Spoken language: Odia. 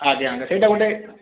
ଆଜ୍ଞା ଆଜ୍ଞା ସେଇଟା ଗୋଟେ